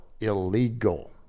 illegal